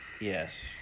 yes